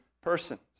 persons